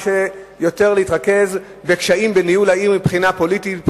ויותר קשה להתרכז בניהול העיר מבחינה פוליטית,